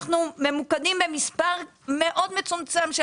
אנחנו ממוקדים במספר מאוד מצומצם של